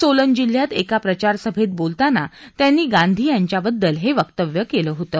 सोलन जिल्ह्यात एका प्रचार सभेत बोलतांना त्यांनी गांधी यांच्याबद्दल हे वक्तव्य केलं होतं